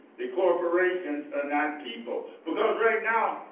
that corporations are not people because right now,